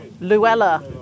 Luella